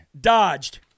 dodged